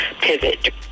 pivot